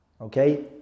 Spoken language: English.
Okay